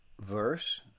verse